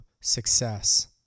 success